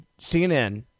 CNN